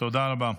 תודה רבה.